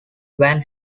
van